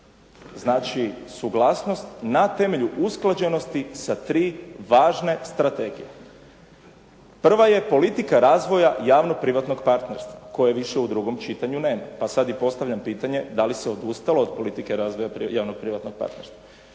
znači suglasnost na temelju usklađenosti sa tri važne strategije. Prva je politika razvoja javno privatnog partnerstva koje više u drugom čitanju nema, pa sada i postavljam pitanje dali se odustalo od politike razvoja javno privatnog partnerstva?